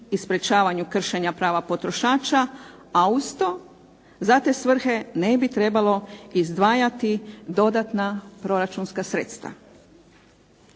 i sprečavanju kršenja prava potrošača, a uz to za te svrhe ne bi trebalo izdvajati dodatna proračunska sredstva.